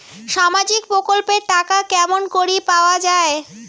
সামাজিক প্রকল্পের টাকা কেমন করি পাওয়া যায়?